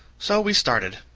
so we started.